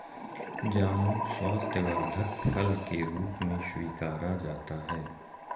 जामुन स्वास्थ्यवर्धक फल के रूप में स्वीकारा जाता है